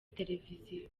televiziyo